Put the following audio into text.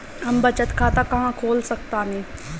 हम बचत खाता कहां खोल सकतानी?